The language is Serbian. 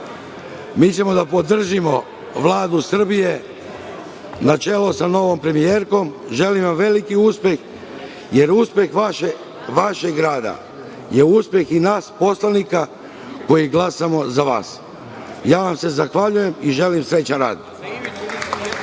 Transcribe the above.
kraju, podržavamo Vladu Srbije na čelu sa novom premijerkom i želim vam veliki uspeh, jer uspeh vašeg rada je uspeh i nas poslanika koji glasamo za vas. Zahvaljujem vam se i želim srećan rad.